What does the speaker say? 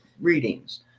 readings